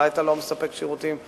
אולי אתה לא מספק שירותים נכון,